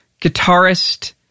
guitarist